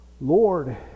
Lord